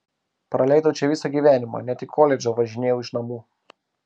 praleidau čia visą gyvenimą net į koledžą važinėjau iš namų